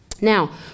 now